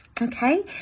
Okay